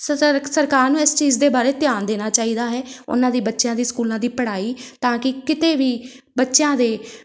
ਸਰਕਾਰ ਨੂੰ ਇਸ ਚੀਜ਼ ਦੇ ਬਾਰੇ ਧਿਆਨ ਦੇਣਾ ਚਾਹੀਦਾ ਹੈ ਉਹਨਾਂ ਦੀ ਬੱਚਿਆਂ ਦੀ ਸਕੂਲਾਂ ਦੀ ਪੜ੍ਹਾਈ ਤਾਂ ਕਿ ਕਿਤੇ ਵੀ ਬੱਚਿਆਂ ਦੇ